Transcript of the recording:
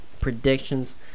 predictions